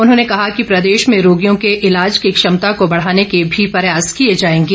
उन्होंने कहा कि प्रदेश में रोगियों के इलाज की क्षमता को बढ़ाने के भी प्रयास किए जाएंगे